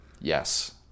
Yes